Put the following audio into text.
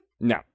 No